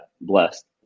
blessed